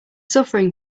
suffering